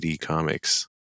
comics